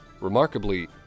Remarkably